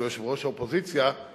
בבקשה, אנחנו